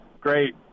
great